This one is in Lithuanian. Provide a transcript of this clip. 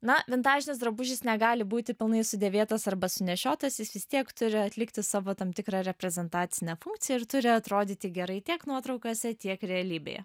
na vintažinis drabužis negali būti pilnai sudėvėtas arba sunešiotas jis vis tiek turi atlikti savo tam tikrą reprezentacinę funkciją ir turi atrodyti gerai tiek nuotraukose tiek realybėje